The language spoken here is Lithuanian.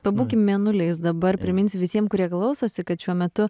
pabūkim mėnuliais dabar priminsiu visiem kurie klausosi kad šiuo metu